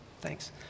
thanks